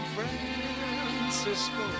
Francisco